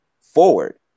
forward